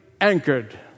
anchored